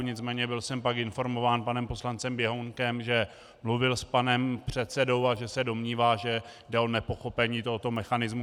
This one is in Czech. Nicméně byl jsem pak informován panem poslancem Běhounkem, že mluvil s panem předsedou a že se domnívá, že jde o nepochopení tohoto mechanismu.